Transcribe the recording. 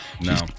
No